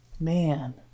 Man